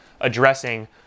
addressing